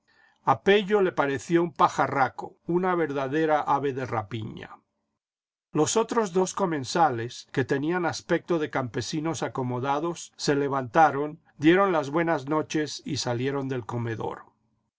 a pello le pareció un pajarraco una verdadera ave de rapiña los otros dos comensales que tenían aspecto de campesinos acomodados se levantaron dieron las buenas noches y salieron del comedor